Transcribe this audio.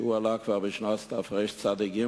שעלה בשנת תרצ"ג,